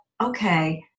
Okay